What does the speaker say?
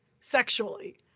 sexually